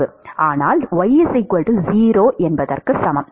ஆனால் y0 சமம்